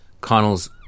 Connell's